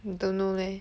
hmm don't know leh